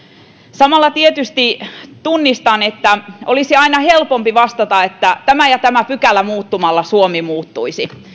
samalla tietysti tunnistan että olisi aina helpompi vastata että tämä ja tämä pykälä muuttamalla suomi muuttuisi